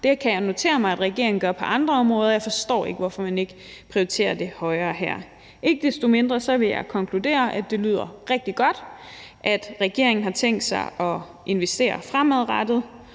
Det kan jeg notere mig at regeringen gør på andre områder, og jeg forstår ikke, hvorfor man ikke prioriterer det her højere. Ikke desto mindre vil jeg konkludere, at det lyder rigtig godt, at regeringen har tænkt sig at investere fremadrettet.